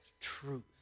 truth